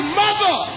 mother